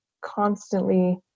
constantly